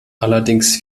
allerdings